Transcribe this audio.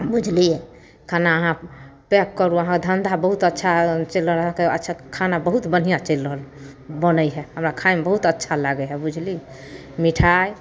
बुझलिए खाना अहाँ पैक करू अहाँके धन्धा बहुत अच्छा चलि रहल अहाँके अच्छा खाना बहुत बढ़िआँ चलि रहल बनै हइ हमरा खाइमे बहुत अच्छा लागै हइ बुझलिए मिठाइ